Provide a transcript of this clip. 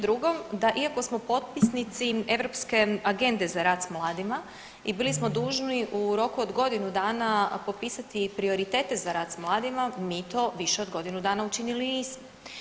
Drugo, da iako smo potpisnici Europske agende za rad s mladima i bili smo dužni u roku od godinu dana popisati prioritete za rad s mladima, mi to više od godinu dana učinili nismo.